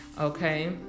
Okay